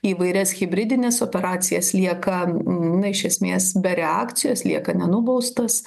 įvairias hibridines operacijas lieka na iš esmės be reakcijos lieka nenubaustas